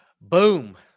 Boom